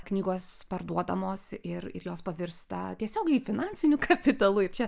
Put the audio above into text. knygos parduodamos ir ir jos pavirsta tiesiogiai finansiniu kapitalu ir čia